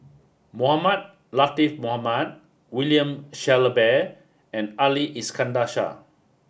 Mohamed Latiff Mohamed William Shellabear and Ali Iskandar Shah